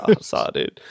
sorry